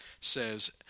says